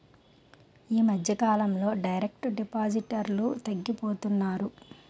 ఈ మధ్యకాలంలో డైరెక్ట్ డిపాజిటర్లు తగ్గిపోతున్నారు